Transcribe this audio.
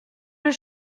les